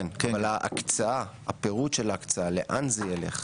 כן, אבל ההקצאה, הפירוט של ההקצאה, לאן זה יילך,